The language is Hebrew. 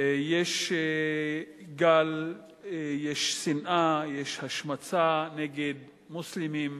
יש גל, יש שנאה, יש השמצה נגד מוסלמים,